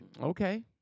Okay